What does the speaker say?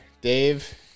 Dave